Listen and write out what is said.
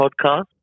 Podcast